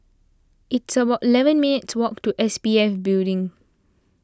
it's about eleven minutes' walk to S P F Building